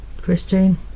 Christine